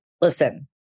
listen